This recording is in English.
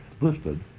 listed